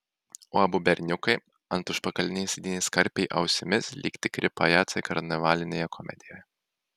o abu berniukai ant užpakalinės sėdynės karpė ausimis lyg tikri pajacai karnavalinėje komedijoje